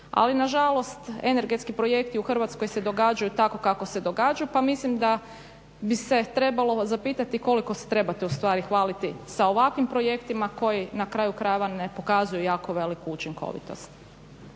Ali nažalost, energetski projekti u Hrvatskoj se događaju tako kako se događaju pa mislim da bi se trebalo zapitati koliko se trebate ustvari hvaliti sa ovakvim projektima koji na kraju krajeva ne pokazuju jako veliku učinkovitost.